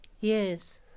yes